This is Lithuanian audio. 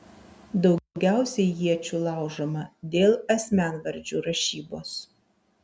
daugiausiai iečių laužoma dėl asmenvardžių rašybos